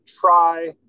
try